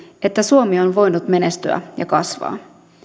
että suomi on voinut menestyä ja kasvaa